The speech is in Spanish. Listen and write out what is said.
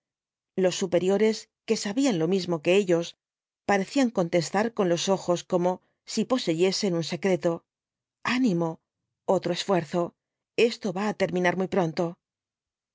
los superiores que sabían lo mismo que ellos parecían contestar con los ojos como si poseyesen un secreto animo otro esfuerzo esto va á terminar muy pronto